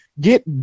Get